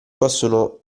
possono